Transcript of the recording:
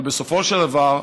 אבל בסופו של דבר,